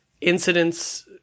incidents